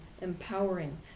empowering